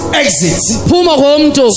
exit